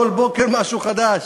כל בוקר משהו חדש.